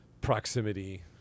proximity